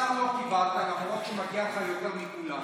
שר לא קיבלת, למרות שמגיע לך יותר מכולם.